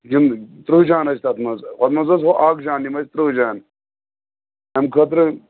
یِم تٕرٛہ جانہٕ ٲسۍ تَتھ منٛز ہُتھ منٛز ٲس ہو اَکھ جان یِم ٲسۍ تٕرٛہ جانہٕ اَمہِ خٲطرٕ